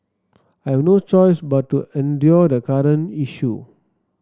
I have no choice but to endure the current issue